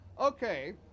Okay